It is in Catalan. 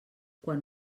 quan